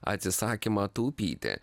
atsisakymą taupyti